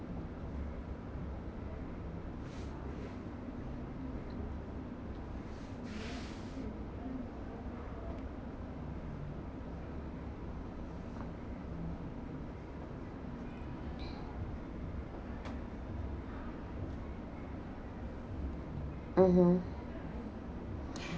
mmhmm